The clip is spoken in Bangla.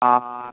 আর